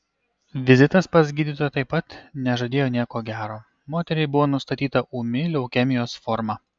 vizitas pas gydytoją taip pat nežadėjo nieko gero moteriai buvo nustatyta ūmi leukemijos forma